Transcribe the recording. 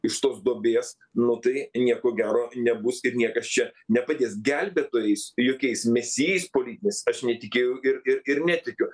iš tos duobės nu tai nieko gero nebus ir niekas čia nepadės gelbėtojais jokiais mesijais politiniais aš netikėjau ir ir ir netikiu